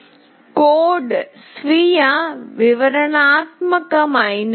code స్వీయ వివరణాత్మకమైనది